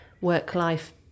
work-life